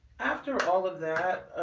after all of that